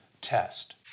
test